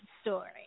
Story